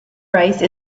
rice